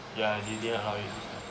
ya they didn't allow it